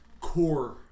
Core